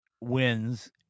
wins